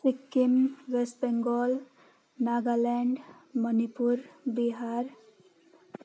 Sikkim West Bengal Nagaland Manipur Bihar